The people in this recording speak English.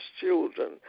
children